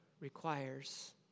requires